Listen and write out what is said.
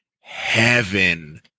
heaven